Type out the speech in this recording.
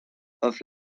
offre